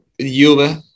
Juve